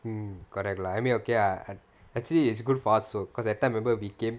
mm correct lah I mean okay lah actually it's a good for us also because that time remember we came